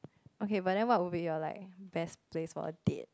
okay but then what would be your like best place for a date